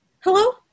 hello